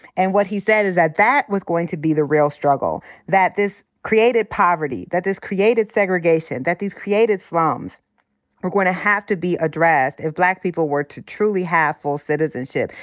and what he said is that that was going to be the real struggle, that this created poverty, that this created segregation, that these created slums are going to have to be addressed if black people were to truly have full citizenship,